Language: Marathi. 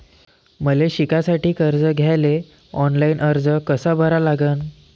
मले शिकासाठी कर्ज घ्याले ऑनलाईन अर्ज कसा भरा लागन?